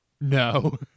No